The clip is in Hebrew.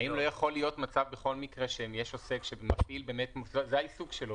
האם לא יכול להיות מצב בכל מקרה שיש עוסק שזה העיסוק שלו,